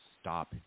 stop